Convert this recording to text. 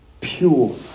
pure